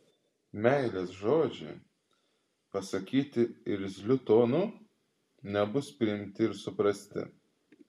meilės žodžiai pasakyti irzliu tonu nebus priimti ir suprasti